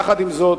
יחד עם זאת,